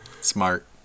Smart